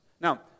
Now